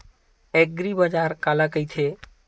एग्रीबाजार काला कइथे?